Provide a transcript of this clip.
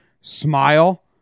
smile